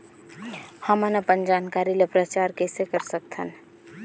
हमन अपन जानकारी ल प्रचार कइसे कर सकथन?